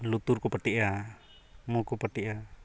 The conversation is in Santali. ᱞᱩᱛᱩᱨᱠᱚ ᱯᱟᱹᱴᱤᱜᱼᱟ ᱢᱩ ᱠᱚ ᱯᱟᱹᱴᱤᱜᱼᱟ